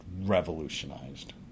revolutionized